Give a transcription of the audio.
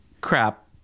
crap